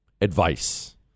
Advice